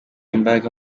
imbaraga